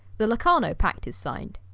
the locarno pact is signed.